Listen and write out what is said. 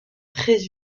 très